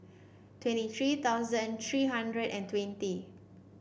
twenty three thousand three hundred and twenty